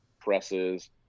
presses